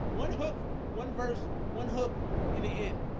one hook one verse one hook in the end.